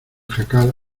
jacal